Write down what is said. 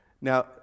Now